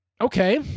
Okay